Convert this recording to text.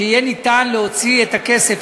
שיהיה ניתן להוציא את הכסף,